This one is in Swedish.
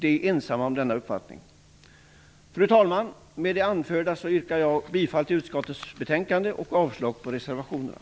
De är ensamma om denna uppfattning. Fru talman! Med det anförda yrkar jag bifall till hemställan i utskottets betänkande och avslag på reservationerna.